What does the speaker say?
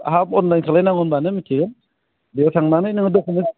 हा अनलाइन खालायनांगौ होनबानो मिथियो बेयाव थांनानै नोङो दखुमेन्टस